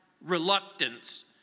reluctance